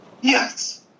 yes